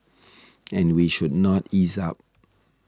and we should not ease up